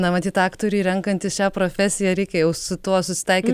na matyt aktoriui renkantis šią profesiją reikia jau su tuo susitaikyt